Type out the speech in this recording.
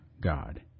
God